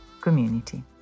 community